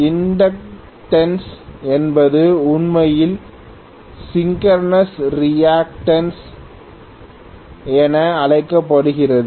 inductance என்பது உண்மையில் synchronous reactance என அழைக்கப்படுகிறது